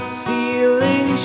ceiling